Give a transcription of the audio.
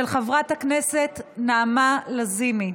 של חברת הכנסת נעמה לזימי.